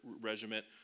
regiment